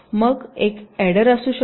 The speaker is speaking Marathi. मग एक अॅडर असू शकतो